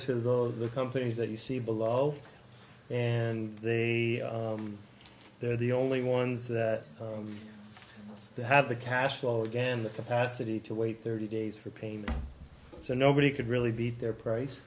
to those the companies that you see below and the they're the only ones that have the cash flow again the capacity to wait thirty days for pain so nobody could really beat their price